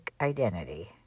identity